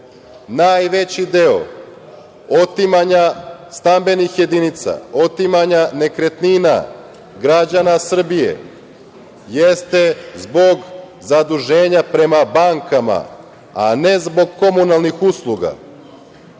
deo otimanja stambenih jedinica, otimanja nekretnina građana Srbije jeste zbog zaduženja prema bankama, a ne zbog komunalnih usluga.